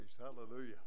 Hallelujah